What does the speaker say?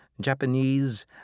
Japanese